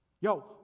Yo